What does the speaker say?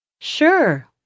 Sure